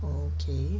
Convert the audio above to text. okay